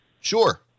Sure